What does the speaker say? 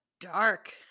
dark